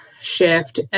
shift